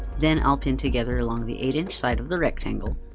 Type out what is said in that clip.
then i'll pin together along the eight side of the rectangle,